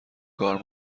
کار